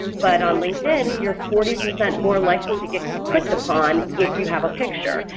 but on linkedin, you're forty percent more likely to get clicked upon if you have a picture,